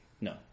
No